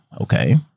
okay